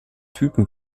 typen